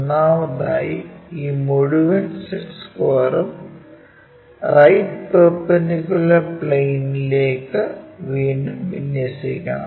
ഒന്നാമതായി ഈ മുഴുവൻ സെറ്റ് സ്ക്വയറും റൈറ്റ് പെർപെൻഡിക്കലർ പ്ലെയിൻലേക്ക് വീണ്ടും വിന്യസിക്കണം